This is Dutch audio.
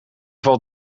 valt